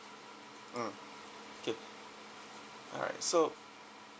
mm okay alright so